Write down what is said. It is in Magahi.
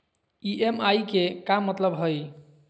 ई.एम.आई के का मतलब हई?